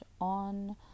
on